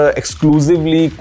exclusively